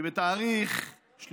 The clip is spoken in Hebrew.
כי בתאריך 3